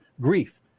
grief